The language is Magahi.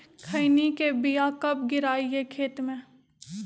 खैनी के बिया कब गिराइये खेत मे?